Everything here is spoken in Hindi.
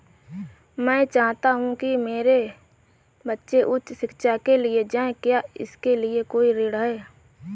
मैं चाहता हूँ कि मेरे बच्चे उच्च शिक्षा के लिए जाएं क्या इसके लिए कोई ऋण है?